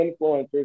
influencers